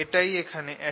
এটাই এখানে assymmetry